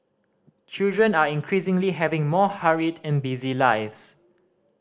children are increasingly having more hurried and busy lives